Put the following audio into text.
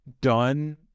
done